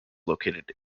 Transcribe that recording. located